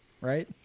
Right